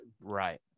Right